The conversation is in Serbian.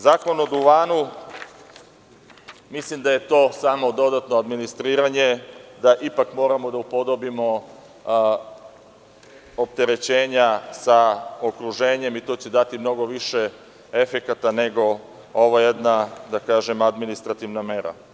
Zakon o duvanu, mislim da je to samo dodatno administriranje, da ipak moramo da upodobimo opterećenja sa okruženjem i to će dati mnogo više efekata nego ova jedna administrativna mera.